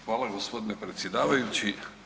Hvala gospodine predsjedavajući.